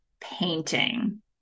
painting